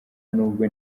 nubwo